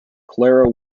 clara